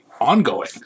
ongoing